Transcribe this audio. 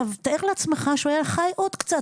תאר לעצמך שהוא היה חי עוד קצת,